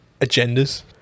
agendas